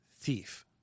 Thief